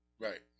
Right